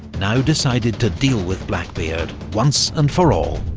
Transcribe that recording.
now decided to deal with blackbeard once and for all.